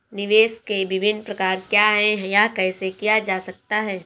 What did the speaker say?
निवेश के विभिन्न प्रकार क्या हैं यह कैसे किया जा सकता है?